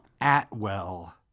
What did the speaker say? Atwell